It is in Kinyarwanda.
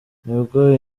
nubwo